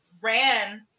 ran